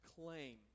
claim